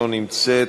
לא נמצאת,